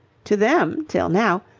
to them, till now,